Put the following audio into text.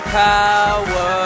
power